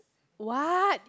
what